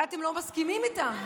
אולי אתם לא מסכימים איתם,